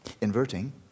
inverting